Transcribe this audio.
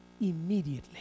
immediately